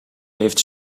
heeft